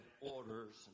orders